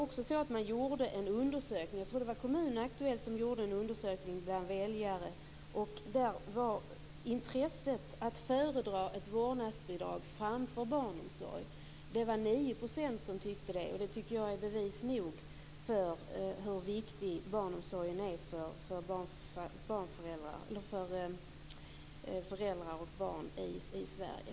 Jag tror att det var Kommun Aktuellt som gjorde en undersökning bland väljare. Den visade att 9 % föredrog vårdnadsbidrag framför barnomsorg. Det tycker jag är bevis nog för hur viktig barnomsorgen är för föräldrar och barn i Sverige.